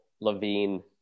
Levine